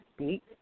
speak